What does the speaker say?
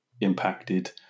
impacted